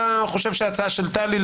אתה חושב שההצעה של טלי,